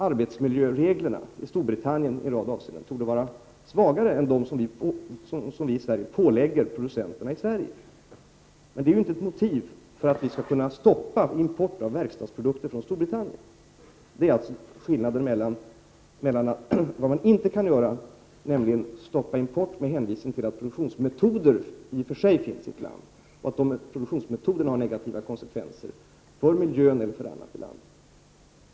Arbetsmiljöreglerna i Storbritannien torde i en rad avseenden t.ex. vara svagare än dem som vi pålägger producenterna i Sverige. Det är emellertid inte ett motiv för att vi skulle kunna stoppa importen av verkstadsprodukter från Storbritannien. Detta är således skillnaden mellan vad man kan göra och inte kan göra. Vi kan inte stoppa import med hänvisning till att det förekommer produktionsmetoder i ett land och att dessa metoder ger negativa konsekvenser för miljön eller för annat i landet.